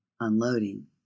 unloading